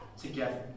together